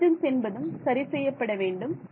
convergence என்பதும் சரி செய்யப்பட வேண்டும்